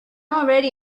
already